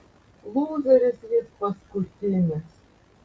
lūzeris jis paskutinis